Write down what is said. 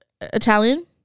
Italian